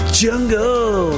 jungle